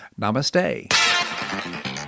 Namaste